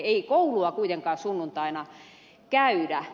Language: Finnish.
ei koulua kuitenkaan sunnuntaina käydä